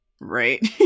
Right